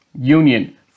Union